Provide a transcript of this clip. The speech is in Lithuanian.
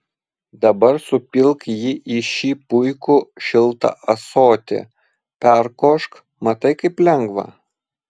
dabar supilk jį į šį puikų šiltą ąsotį perkošk matai kaip lengva